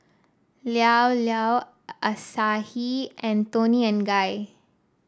Llao Llao Asahi and Toni and Guy